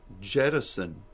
jettison